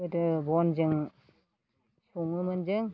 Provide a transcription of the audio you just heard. गोदो बनजों सङोमोन जों